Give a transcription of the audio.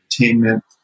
entertainment